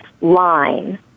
line